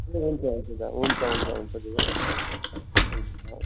हुन्छ हुन्छ त हुन्छ हुन्छ हुन्छ हुन्छ हुन्छ हवस्